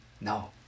No